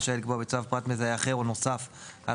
רשאי לקבוע בצו פרט מזהה אחר או נוסף על